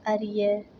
அறிய